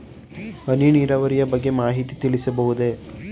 ಹನಿ ನೀರಾವರಿಯ ಬಗ್ಗೆ ಮಾಹಿತಿ ತಿಳಿಸಬಹುದೇ?